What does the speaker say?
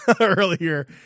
earlier